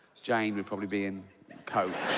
jane would probably be in coach.